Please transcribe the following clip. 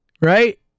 Right